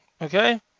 Okay